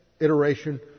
iteration